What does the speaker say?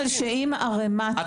זה מה שביקשתם.